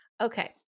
Okay